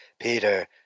Peter